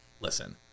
listen